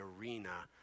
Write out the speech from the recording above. arena